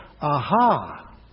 aha